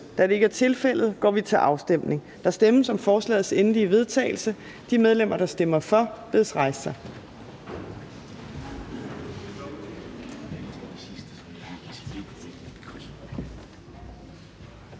Afstemning Formanden (Henrik Dam Kristensen): Der stemmes om forslagets endelige vedtagelse. De medlemmer, der stemmer for, bedes rejse sig.